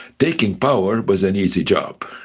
taking power was an easy job.